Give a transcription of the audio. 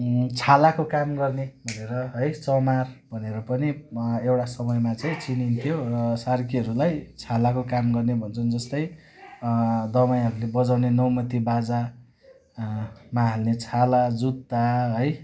छालाको काम गर्ने भनेर है चमार भनेर पनि एउटा समयमा चाहिँ चिनिन्थ्यो र सार्कीहरूलाई छालाको काम गर्ने भन्छन् जस्तै दमाईहरूले बजाउने नौमती बाजा मा हाल्ने छाला जुत्ता है